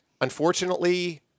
Unfortunately